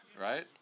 Right